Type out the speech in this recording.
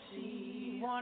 see